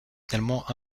finalement